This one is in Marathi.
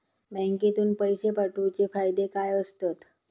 बँकेतून पैशे पाठवूचे फायदे काय असतत?